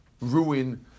ruin